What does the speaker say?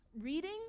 reading